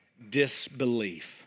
disbelief